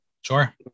sure